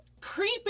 Creeping